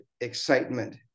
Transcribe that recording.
excitement